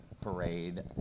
parade